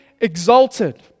exalted